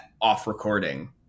off-recording